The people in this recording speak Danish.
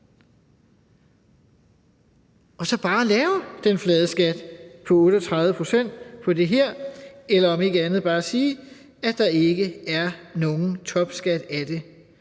og så bare lave den flade skat på 38 pct. på det her? Eller man kunne om ikke andet bare sige, at der ikke er nogen topskat af det.